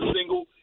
single